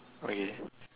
okay